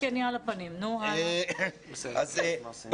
למשל,